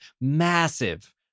massive